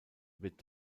wird